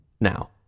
Now